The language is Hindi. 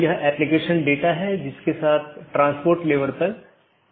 एक अन्य अवधारणा है जिसे BGP कंफेडेरशन कहा जाता है